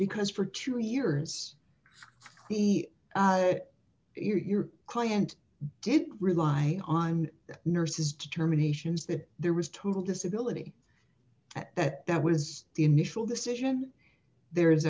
because for two years the year your client did rely on the nurses determinations that there was total disability at that that was the initial decision there